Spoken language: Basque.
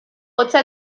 hotza